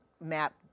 map